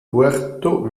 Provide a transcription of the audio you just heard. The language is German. puerto